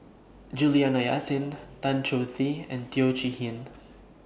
Juliana Yasin Tan Choh Tee and Teo Chee Hean